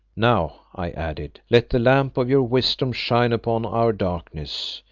now, i added, let the lamp of your wisdom shine upon our darkness.